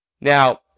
Now